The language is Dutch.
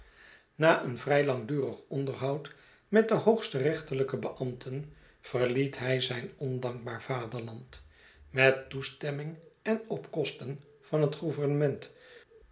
na een vrij langdurig onderhoud met de hoogste rechterlijke beambten verliet hij zijn ondankbaar vaderland met toestemming en opkosten van het